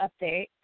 update